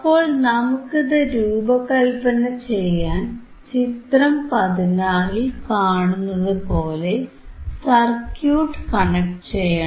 അപ്പോൾ നമുക്കിത് രൂപകല്പന ചെയ്യാൻ ചിത്രം 16ൽ കാണുന്നതുപോലെ സർക്യൂട്ട് കണക്ട് ചെയ്യണം